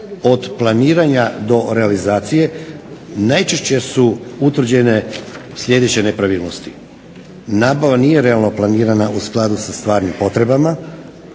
od planiranja do realizacije najčešće su utvrđene sljedeće nepravilnosti: nabava nije realno planirana u skladu sa stvarnim potrebama,